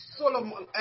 Solomon